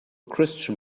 christian